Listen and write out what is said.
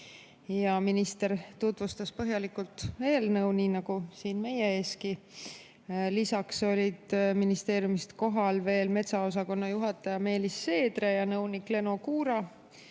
Minister tutvustas põhjalikult eelnõu, nii nagu siin meie eeski. Lisaks olid ministeeriumist kohal metsaosakonna juhataja Meelis Seedre ja nõunik Leno Kuura,